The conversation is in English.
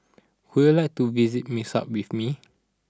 would you like to visit Minsk with me